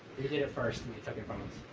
we did it first and they took it from us.